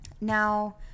Now